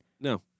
No